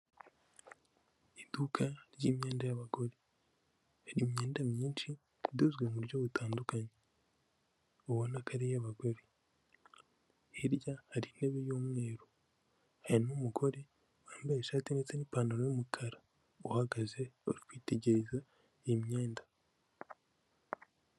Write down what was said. Iduka ry'imyenda y'abagore, hari imyenda myinshi idozwe mu buryo butandukanye ubona ko ari iy'abagore. Hirya hari intebe y'umweru, hari n'umugore wambaye ishati ndetse n'ipantaro y'umukara, uhagaze bari kwitegereza iyi myenda.